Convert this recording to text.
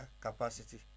capacity